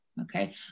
okay